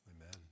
Amen